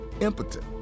impotent